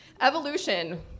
Evolution